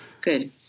Good